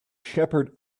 shepherd